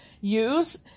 use